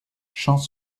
champs